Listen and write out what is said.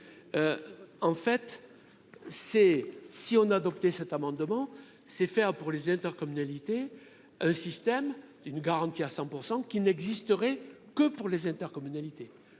en fait, c'est si on adoptait cet amendement c'est faire pour les intercommunalités, un système d'une garantie à 100 % qui n'existerait que pour les intercommunalités